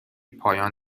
پایان